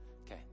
Okay